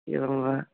एवं वा